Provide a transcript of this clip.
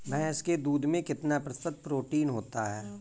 भैंस के दूध में कितना प्रतिशत प्रोटीन होता है?